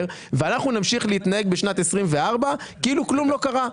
ואנחנו נמשיך להתנהג בשנת 24' כאילו כלום לא קרה.